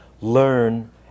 learn